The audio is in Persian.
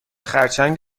خرچنگ